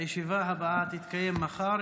הישיבה הבאה תתקיים מחר,